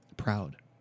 proud